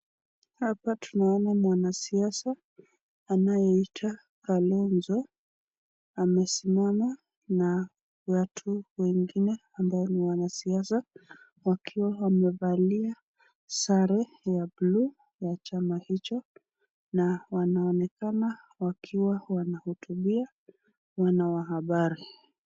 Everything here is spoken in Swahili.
Hapa tunaona mwanasiasa anayeitwa Kalonzo, amesimama na watu wengine ambao ni wanasiasa. Wakiwa wamevalia sare ya bluu ya chama hicho na wanaonekana wakiwa wanahutubia wana wa habari.